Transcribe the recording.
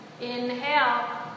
Inhale